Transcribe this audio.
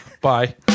Bye